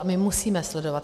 A my musíme sledovat.